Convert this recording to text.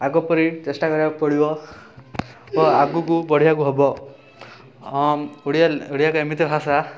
ଆଗପରି ଚେଷ୍ଟା କରିବାକୁ ପଡ଼ିବ ଓ ଆଗକୁ ବଢ଼ିବାକୁ ହେବ ହଁ ଓଡ଼ିଆ ଓଡ଼ିଆ ଏକ ଏମିତି ଭାଷା